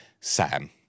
Sam